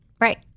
right